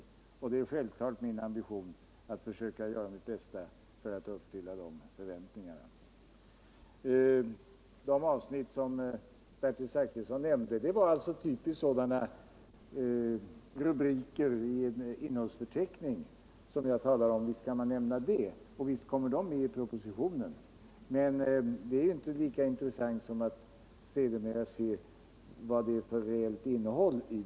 Min ambition är självklart att göra mitt bästa för att uppfylla de förväntningarna. De avsnitt som Bertil Zachrisson nämnde var typiska rubriker i en sådan innehållsförteckning som jag talade om. Visst kan man nämna dem och visst kommer de med i propositionen. Men det är inte lika intressant som att sedermera se propositionens reella innehåll.